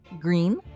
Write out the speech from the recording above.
green